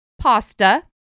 pasta